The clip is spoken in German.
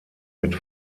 mit